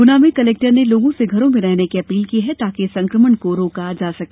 गुना में कलेक्टर ने लोगों से घरों में रहने की अपील की है ताकि संकमण को रोका जा सके